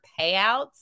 payouts